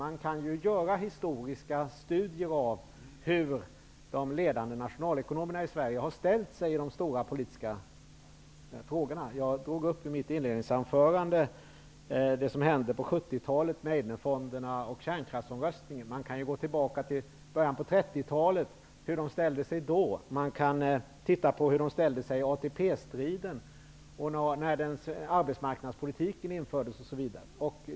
Man kan göra historiska studier av hur de ledande nationalekonomerna i Sverige har ställt sig i de stora politiska frågorna. Jag drog i mitt anförande upp det som hände på 70-talet, bl.a. Man kan gå tillbaka till början på 30-talet och se hur de ställde sig då, och man kan se hur de ställde sig i ATP-striden och när arbetsmarknadspolitiken infördes, osv.